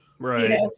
Right